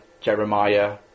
Jeremiah